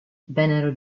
vennero